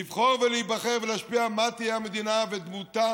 לבחור ולהיבחר ולהשפיע מה תהיה המדינה ודמותה,